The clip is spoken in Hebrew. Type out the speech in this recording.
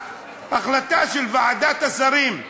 ההחלטה של ועדת השרים,